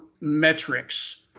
metrics